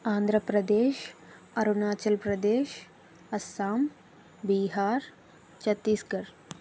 Andhra Pradesh Arunachal Pradesh Assam Bihar Chhattisgarh